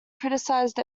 criticized